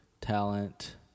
talent